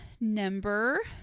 number